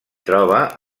troba